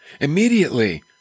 Immediately